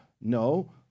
No